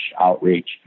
outreach